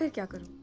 and gagan?